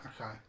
okay